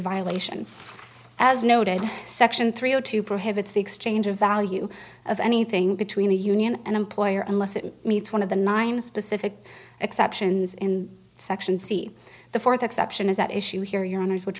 violation as noted section three zero two prohibits the exchange of value of anything between a union and employer unless it meets one of the nine specific exceptions in section c the fourth exception is at issue here your honour's which